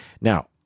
Now